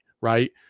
right